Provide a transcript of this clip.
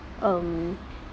um